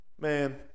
Man